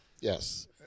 Yes